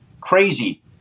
crazy